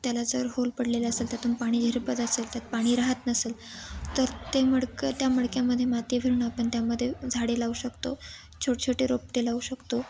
त्याला जर होल पडलेलं असेल त्यातून पाणी झिरपत असेल त्यात पाणी राहात नसेल तर ते मडकं त्या मडक्यामध्ये माती भरून आपण त्यामध्ये झाडे लावू शकतो छोट छोटे रोपटे लावू शकतो